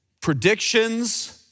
predictions